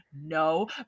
No